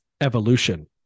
evolution